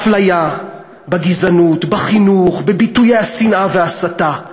אפליה, גזענות, חינוך, ביטויי שנאה והסתה.